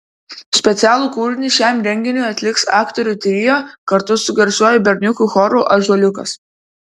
specialų kūrinį šiam renginiui atliks aktorių trio kartu su garsiuoju berniukų choru ąžuoliukas